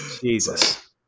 Jesus